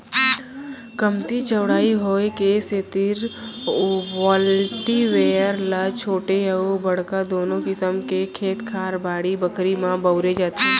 कमती चौड़ाई होय के सेतिर कल्टीवेटर ल छोटे अउ बड़का दुनों किसम के खेत खार, बाड़ी बखरी म बउरे जाथे